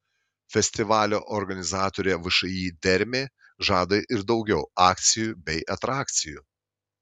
festivalio organizatorė všį dermė žada ir daugiau akcijų bei atrakcijų